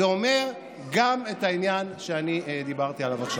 זה אומר גם את העניין שאני דיברתי עליו עכשיו.